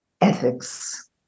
ethics